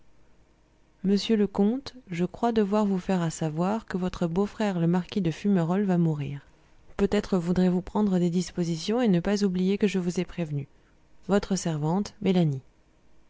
monsieur le comte je croi devoir vou faire asavoir que votre bôfrère le marqui de fumerold va mourir peut être voudré vous prendre des disposition et ne pas oublié que je vous ai prévenu votre servante mélani